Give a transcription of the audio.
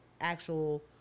actual